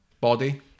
Body